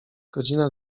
godzina